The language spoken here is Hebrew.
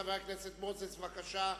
חבר הכנסת מנחם מוזס, בבקשה.